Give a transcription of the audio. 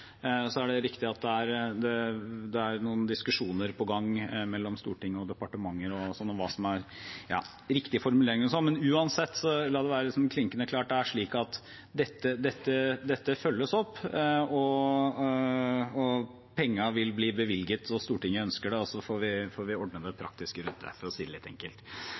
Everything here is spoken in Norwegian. Det er riktig at det er noen diskusjoner på gang mellom Stortinget og departementer om hva som er riktige formuleringer, men la det uansett være klinkende klart at dette følges opp. Pengene vil bli bevilget som Stortinget ønsker, og så får vi ordne det praktiske rundt det, for å si det litt enkelt.